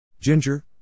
Ginger